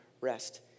rest